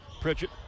Pritchett